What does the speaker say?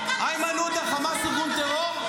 איימן עודה, חמאס הוא ארגון טרור?